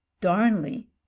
darnley